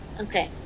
Okay